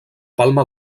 palma